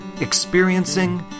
experiencing